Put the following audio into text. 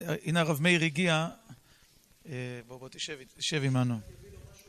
הנה הרב מאיר הגיע בוא בוא תשב עמנו